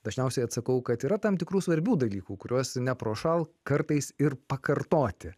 dažniausiai atsakau kad yra tam tikrų svarbių dalykų kuriuos neprošal kartais ir pakartoti